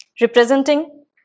representing